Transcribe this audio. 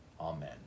Amen